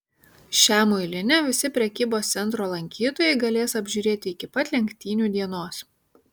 šią muilinę visi prekybos centro lankytojai galės apžiūrėti iki pat lenktynių dienos